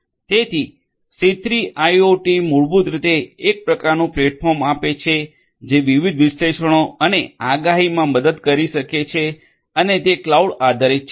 તેથી સી3 આઇઓટી મૂળભૂત રીતે એક પ્રકારનું પ્લેટફોર્મ આપે છે જે વિવિધ વિશ્લેષણો અને આગાહીમાં મદદ કરી શકે છે અને તે ક્લાઉડ આધારિત છે